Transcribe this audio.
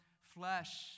flesh